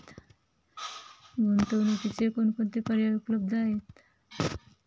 गुंतवणुकीचे कोणकोणते पर्याय उपलब्ध आहेत?